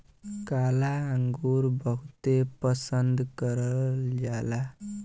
काला अंगुर बहुते पसन्द करल जाला